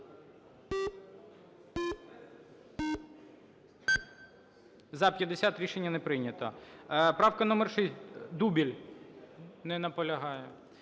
За-50 Рішення не прийнято. Правка номер 6, Дубіль. Не наполягає.